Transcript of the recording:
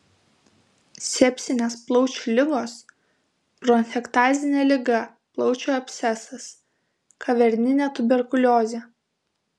sepsinės plaučių ligos bronchektazinė liga plaučių abscesas kaverninė tuberkuliozė